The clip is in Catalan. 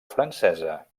francesa